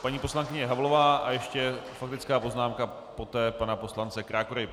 Paní poslankyně Havlová a ještě faktická poznámka poté pana poslance Krákory.